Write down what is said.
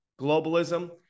globalism